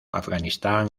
afganistán